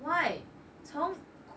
why 从